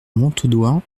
montaudoin